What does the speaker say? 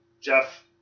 Jeff